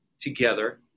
Together